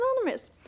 anonymous